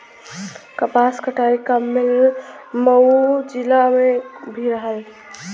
कपास कटाई क मिल मऊ जिला में भी रहल